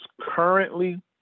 currently